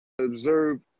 observe